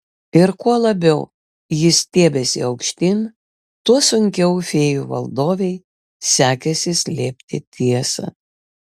ir kuo labiau ji stiebėsi aukštyn tuo sunkiau fėjų valdovei sekėsi slėpti tiesą